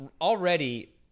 already